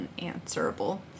unanswerable